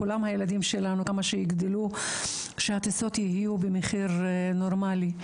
כולם הילדים שלנו שהטיסות יהיו במחיר נורמלי,